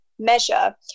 measure